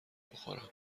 بخورم